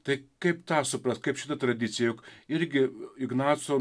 tai kaip tą suprast kaip šita tradicija juk irgi ignaco